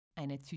eine